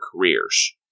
careers